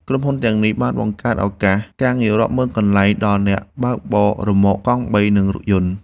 ក្រុមហ៊ុនទាំងនេះបានបង្កើតឱកាសការងាររាប់ម៉ឺនកន្លែងដល់អ្នកបើកបររ៉ឺម៉កកង់បី និងរថយន្ត។